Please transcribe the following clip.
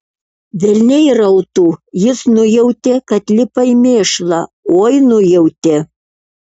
velniai rautų jis nujautė kad lipa į mėšlą oi nujautė